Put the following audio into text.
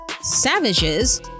savages